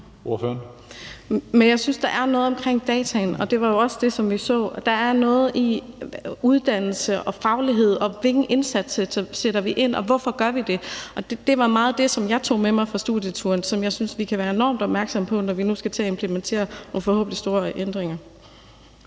(S): Jeg synes, der noget omkring de data, og det var jo også det, som vi så. Der er noget i forhold til uddannelse og faglighed og hvilken indsats der bliver gjort, og hvorfor vi gør det. Det var meget det, som jeg tog med mig fra studieturen, og som jeg synes vi kan meget enormt opmærksomme på, når vi nu skal til at implementere og forhåbentlig skabe store ændringer.